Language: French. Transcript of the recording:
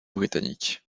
britannique